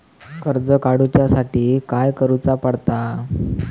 कर्ज काडूच्या साठी काय करुचा पडता?